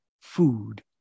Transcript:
food